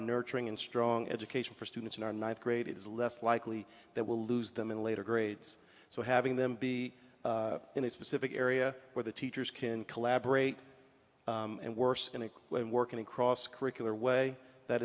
a nurturing and strong education for students in our ninth grade it is less likely that we'll lose them in later grades so having them be in a specific area where the teachers can collaborate and worse when working across curricular way that